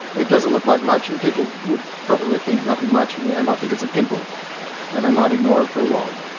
it doesn't look like much, and people would probably think nothing much, they might think it's a pimple and they might ignore it for a while.